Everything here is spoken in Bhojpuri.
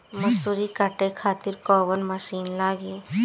मसूरी काटे खातिर कोवन मसिन लागी?